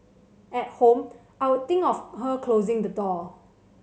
at home I'd think of her closing the door